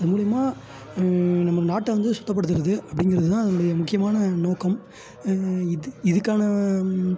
அது மூலயமா நம்ம நாட்டை வந்து சுத்தப்படுத்துவது அப்படிங்கிறது தான் அதனுடைய முக்கியமான நோக்கம் இது இதுக்கான